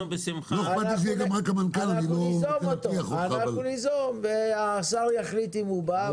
אנחנו ניזום אותו והשר יחליט אם הוא בא,